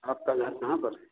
आपका घर कहाँ पर है